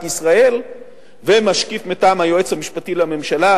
ישראל ומשקיף מטעם היועץ המשפטי לממשלה,